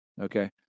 okay